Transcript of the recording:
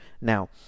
Now